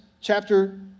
chapter